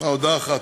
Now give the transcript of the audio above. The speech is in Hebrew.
הודעה אחת.